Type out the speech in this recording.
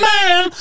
Man